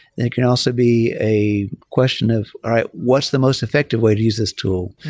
it can also be a question of, all right, what's the most effective way to use this tool?